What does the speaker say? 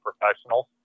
professionals